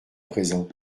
présent